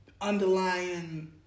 underlying